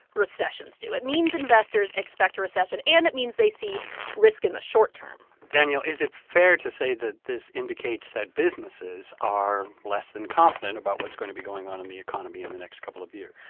recessions do. it means investors expect a recession, and it means they see risk in the short term danielle, is it fair to say that this indicates that businesses are less than confident about what's going to be going on in the economy in the next couple of years?